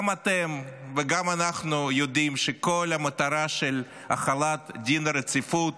גם אתם וגם אנחנו יודעים שכל המטרה של החלת דין הרציפות